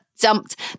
dumped